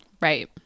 Right